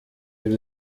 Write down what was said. ibi